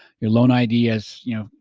your loan id is, you know,